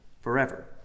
forever